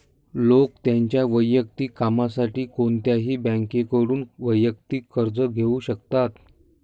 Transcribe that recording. लोक त्यांच्या वैयक्तिक कामासाठी कोणत्याही बँकेकडून वैयक्तिक कर्ज घेऊ शकतात